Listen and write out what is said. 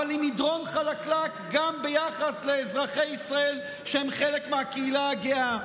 אבל היא מדרון חלקלק גם ביחס לאזרחי ישראל שהם חלק מהקהילה הגאה.